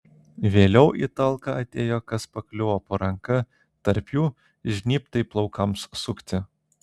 vėliau į talką atėjo kas pakliuvo po ranka tarp jų žnybtai plaukams sukti